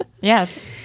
Yes